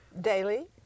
daily